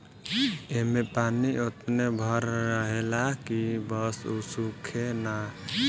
ऐमे पानी ओतने भर रहेला की बस उ सूखे ना